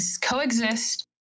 coexist